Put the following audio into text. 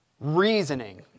Reasoning